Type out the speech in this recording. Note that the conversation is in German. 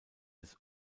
des